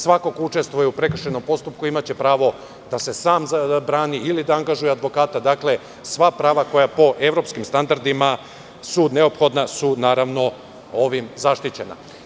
Svako ko učestvuje u prekršajnom postupku, imaće pravo da se sam brani ili da angažuje advokata, sva prava koja po evropskim standardima su neophodna, su naravno ovim zaštićena.